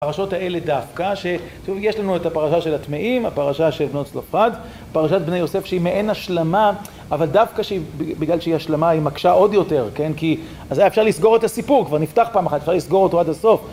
פרשות האלה דווקא, ששוב, יש לנו את הפרשה של הטמאים, הפרשה של בנות צלפחד, פרשת בני יוסף שהיא מעין השלמה, אבל דווקא שבגלל שהיא השלמה היא מקשה עוד יותר, כן, כי אז היה אפשר לסגור את הסיפור, כבר נפתח פעם אחת, אפשר לסגור אותו עד הסוף